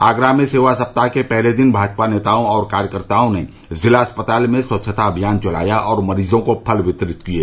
आगरा में सेवा सप्ताह के पहले दिन भाजपा नेताओं और कार्यकर्ताओं ने जिला अस्पताल में स्वच्छता अभियान चलाया और मरीजों को फल वितरित किये